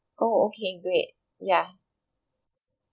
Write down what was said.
oh okay great yeah